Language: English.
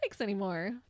anymore